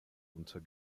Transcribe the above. unter